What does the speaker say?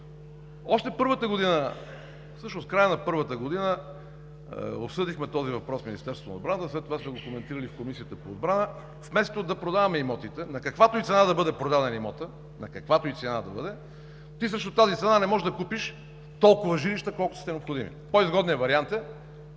се строят жилища. Още в края на първата година обсъдихме този въпрос с Министерството на отбраната, след това сме го коментирали в Комисията по отбрана, вместо да продаваме имотите, на каквато и цена да бъде продаден имотът – на каквато и цена да бъде, срещу тази цена не можеш да купиш толкова жилища, колкото са ти необходими. По-изгодният вариант е